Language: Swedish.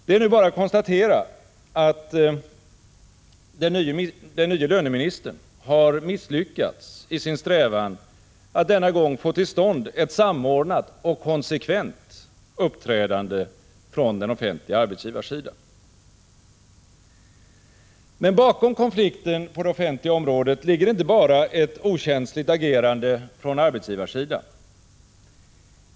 Det är nu bara att konstatera att den nye löneministern har misslyckats i sin strävan att denna gång få till stånd ett samordnat och konsekvent uppträdande från den offentliga arbetsgivarsidan. Men bakom konflikten på det offentliga området ligger inte bara ett okänsligt agerande från arbetsgivarsidan.